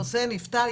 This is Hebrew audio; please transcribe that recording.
הנושא נפתר.